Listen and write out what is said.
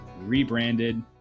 rebranded